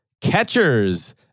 catchers